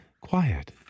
quiet